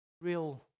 real